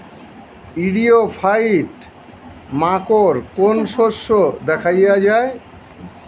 ইরিও ফাইট মাকোর কোন শস্য দেখাইয়া যায়?